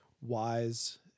wise